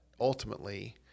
ultimately